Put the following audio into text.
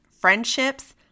friendships